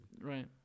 right